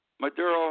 maduro